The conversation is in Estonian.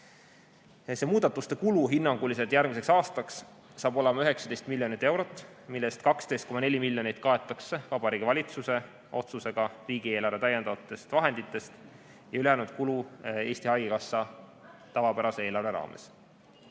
see muudatuste kulu järgmiseks aastaks olema 19 miljonit eurot, millest 12,4 miljonit kaetakse Vabariigi Valitsuse otsusega riigieelarve täiendavatest vahenditest ja ülejäänud kulu Eesti Haigekassa tavapärase eelarve raames.